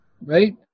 right